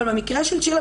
אבל במקרה של צ'ילה,